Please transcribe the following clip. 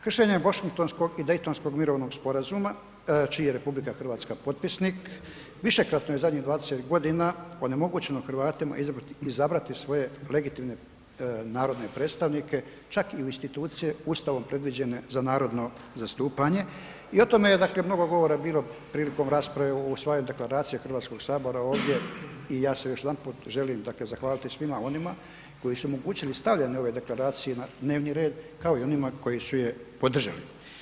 Kršenjem Washingtonskog i Daytonskog mirovnog sporazuma čiji je RH potpisnik višekratno je zadnjih 20 godina onemogućeno Hrvatima izabrati svoje legitimne narodne predstavnike čak i u institucije ustavom predviđene za narodno zastupanje i o tome je dakle mnogo govora bilo prilikom rasprave o usvajanju deklaracije Hrvatskog sabora ovdje i ja se još jedanput želim dakle zahvaliti svima onima koji su omogućili stavljanje ove deklaracije na dnevni red, kao i onima koji su je podržali.